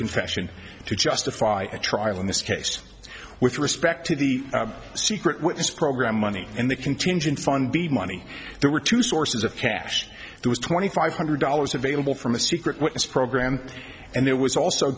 confession to justify a trial in this case with respect to the secret witness program money and the contingency fund the money there were two sources of cash there was twenty five hundred dollars available from the secret witness program and there was also